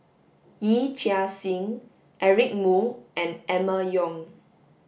Yee Chia Hsing Eric Moo and Emma Yong